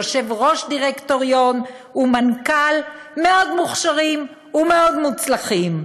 יושב-ראש דירקטוריון ומנכ"ל מאוד מוכשרים ומאוד מוצלחים,